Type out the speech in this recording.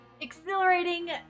exhilarating